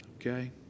Okay